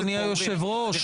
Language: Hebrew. אדוני היושב-ראש,